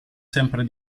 sempre